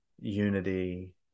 unity